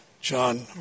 John